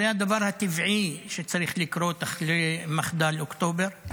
זה הדבר הטבעי שצריך לקרות אחרי מחדל אוקטובר.